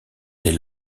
des